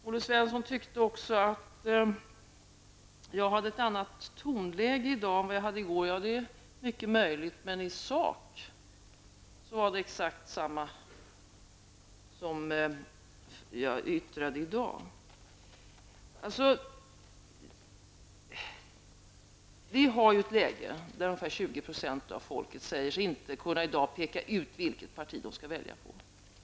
Olle Svensson tyckte att jag hade ett annat tonläge i dag än vad jag hade i går. Ja, det är mycket möjligt, men i sak var det exakt detsamma som jag yttrade i dag. Vi har alltså ett läge där ungefär 20 % av folket säger sig inte i dag kunna peka ut vilket parti de skall rösta på.